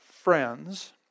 friends